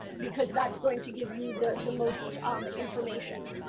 because that is going to give you the the most um information.